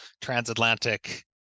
transatlantic